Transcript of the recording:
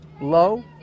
low